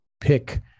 pick